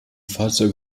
fahrzeuge